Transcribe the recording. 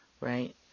right